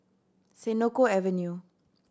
Senoko Avenue